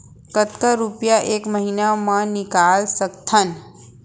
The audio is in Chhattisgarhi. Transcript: कतका रुपिया एक महीना म निकाल सकथन?